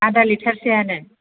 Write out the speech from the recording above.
आधा लिटारसोआनो